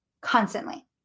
constantly